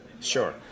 Sure